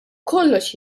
kollox